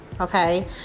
okay